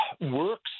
works—